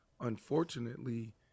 unfortunately